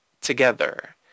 together